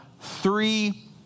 three